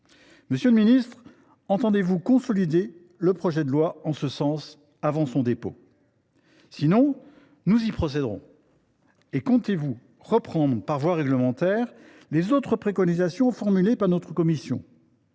Monsieur le ministre, entendez vous consolider le projet de loi en ce sens avant son dépôt ? Sinon, nous le ferons. Et comptez vous reprendre par voie réglementaire les autres préconisations formulées par notre commission ?